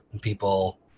people